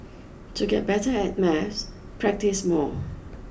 to get better at maths practise more